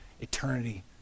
eternity